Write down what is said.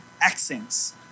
accents